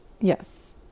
Yes